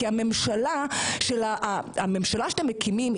כי הממשלה שאתם מקימים,